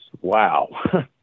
wow